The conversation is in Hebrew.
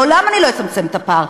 לעולם אני לא אצמצם את הפער.